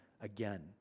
again